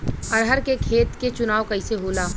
अरहर के खेत के चुनाव कइसे होला?